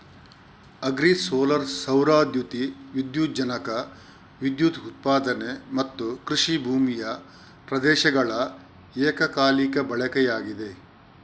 agri solar ಸೌರ ದ್ಯುತಿ ವಿದ್ಯುಜ್ಜನಕ ವಿದ್ಯುತ್ ಉತ್ಪಾದನೆ ಮತ್ತುಕೃಷಿ ಭೂಮಿಯ ಪ್ರದೇಶಗಳ ಏಕಕಾಲಿಕ ಬಳಕೆಯಾಗಿದೆ